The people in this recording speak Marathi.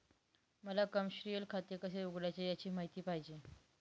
मला कमर्शिअल खाते कसे उघडायचे याची माहिती पाहिजे